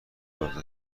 بدبختی